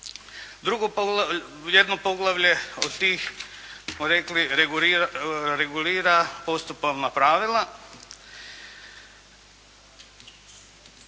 Jedno poglavlje od tih smo rekli regulira postupovna pravila